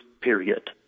period